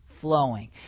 flowing